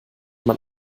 man